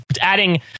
Adding